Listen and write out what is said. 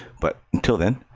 but until then,